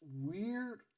weird